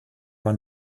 man